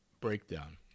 breakdown